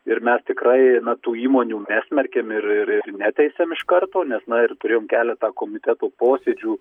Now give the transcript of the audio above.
ir mes tikrai na tų įmonių nesmerkiam ir ir ir neteisiam iš karto nes na ir turėjom keletą komitetų posėdžių